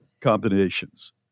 combinations